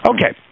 Okay